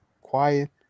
quiet